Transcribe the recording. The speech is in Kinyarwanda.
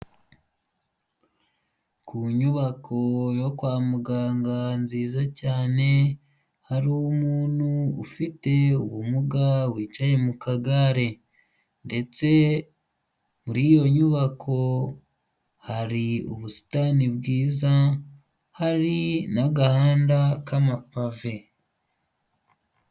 Ku nyubako yo kwa muganga nziza cyane, hari umuntu ufite ubumuga wicaye mu kagare, ndetse muri iyo nyubako hari ubusitani bwiza, hari n'agahanda k'amapave.